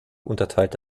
unterteilt